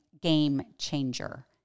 game-changer